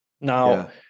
Now